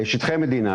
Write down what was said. פרויקט ענק